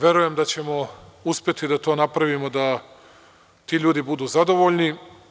Verujem da ćemo uspeti da to napravimo da ti ljudi budu zadovoljni.